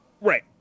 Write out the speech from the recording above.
right